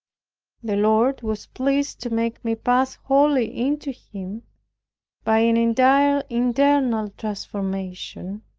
the lord was pleased to make me pass wholly into him by an entire internal transformation.